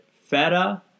feta